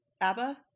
ABBA